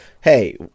hey